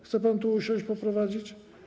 Chce pan tu usiąść, poprowadzić?